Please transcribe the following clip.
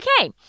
Okay